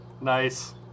Nice